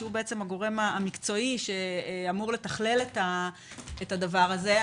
שהוא בעצם הגורם המקצועי שאמור לתכלל את הדבר הזה.